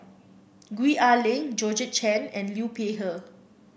Gwee Ah Leng Georgette Chen and Liu Peihe